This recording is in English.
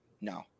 No